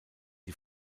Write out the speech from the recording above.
die